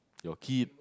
your kid